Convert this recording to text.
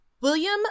William